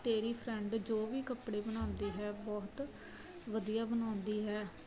ਤੇਰੀ ਫਰੈਂਡ ਜੋ ਵੀ ਕੱਪੜੇ ਬਣਾਉਂਦੀ ਹੈ ਬਹੁਤ ਵਧੀਆ ਬਣਾਉਂਦੀ ਹੈ